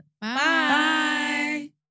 Bye